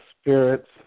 spirits